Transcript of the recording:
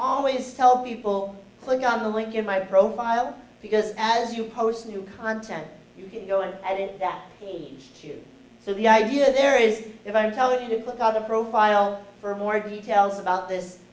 always tell people click on the link in my profile because as you post new content you can go in and at that age too so the idea there is if i tell you to click on the profile for more details about this